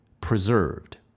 preserved